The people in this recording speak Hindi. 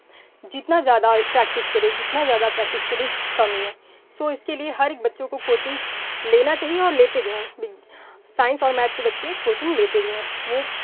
जितना ज़्यादा प्रैक्टिस करें जितना ज़्यादा प्रैक्टिस करें कम ही है सो इसके लिए हर एक बच्चे को कोचिंग लेना चाहिए और लेते भी हैं साइंस और मैथ के बच्चे कोचिंग लेते भी हैं वे